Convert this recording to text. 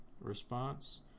Response